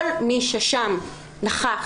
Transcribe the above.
כל מי שנכח שם,